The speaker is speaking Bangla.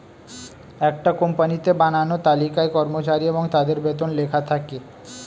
একটা কোম্পানিতে বানানো তালিকায় কর্মচারী এবং তাদের বেতন লেখা থাকে